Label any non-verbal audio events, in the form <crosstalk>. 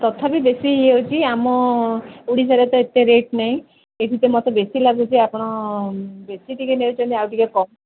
ତଥାପି ବେଶୀ ଇଏ ହେଉଛି ଆମ ଓଡ଼ିଶାରେ ତ ଏତେ ରେଟ୍ ନାଇ ଏଇଠି ତ ମୋତେ ବେଶୀ ଲାଗୁଛି ଆପଣ ବେଶୀ ଟିକେ ନେଉଛନ୍ତି ଆଉ ଟିକେ କମ୍ <unintelligible>